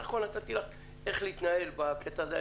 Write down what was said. אבל אני בסך הכול אמרתי לך איך להתנהל בקטע הזה.